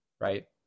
right